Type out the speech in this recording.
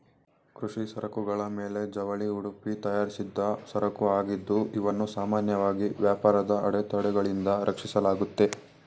ಕೃಷಿ ಸರಕುಗಳ ಮೇಲೆ ಜವಳಿ ಉಡುಪು ತಯಾರಿಸಿದ್ದ ಸರಕುಆಗಿದ್ದು ಇವನ್ನು ಸಾಮಾನ್ಯವಾಗಿ ವ್ಯಾಪಾರದ ಅಡೆತಡೆಗಳಿಂದ ರಕ್ಷಿಸಲಾಗುತ್ತೆ